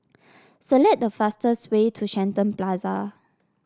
select the fastest way to Shenton Plaza